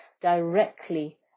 directly